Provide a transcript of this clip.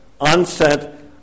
onset